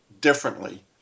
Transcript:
differently